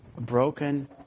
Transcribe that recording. broken